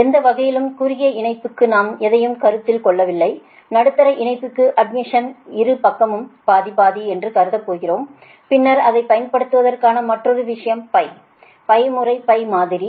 எந்த வகையிலும் குறுகிய இணைப்புக்கு நாம் எதையும் கருத்தில் கொள்ளவில்லை நடுத்தர இணைப்புக்கு அட்மிடன்ஸ் இரு பக்கமும் பாதி பாதி என்று கருதுகிறோம் பின்னர் அதைப் பயன்படுத்துவதற்கான மற்றொரு விஷயம் முறை மாதிரி